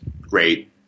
great